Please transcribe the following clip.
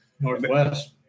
Northwest